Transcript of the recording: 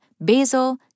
basil